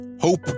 hope